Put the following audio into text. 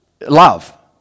love